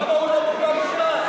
אתם מושכים זמן.